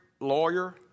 Lawyer